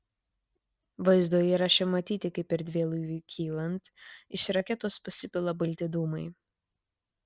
vaizdo įraše matyti kaip erdvėlaiviui kylant iš raketos pasipila balti dūmai